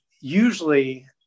usually